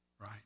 Right